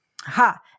Ha